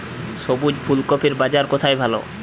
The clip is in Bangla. সবুজ ফুলকপির বাজার কোথায় ভালো?